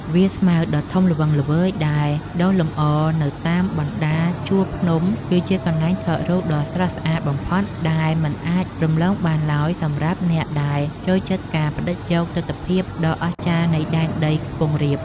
វាលស្មៅដ៏ធំល្វឹងល្វើយដែលដុះលម្អនៅតាមបណ្ដាជួរភ្នំគឺជាកន្លែងថតរូបដ៏ស្រស់ស្អាតបំផុតដែលមិនអាចរំលងបានឡើយសម្រាប់អ្នកដែលចូលចិត្តការផ្ដិតយកទិដ្ឋភាពដ៏អស្ចារ្យនៃដែនដីខ្ពង់រាប។